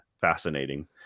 fascinating